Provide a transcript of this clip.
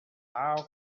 how